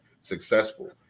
successful